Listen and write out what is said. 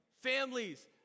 Families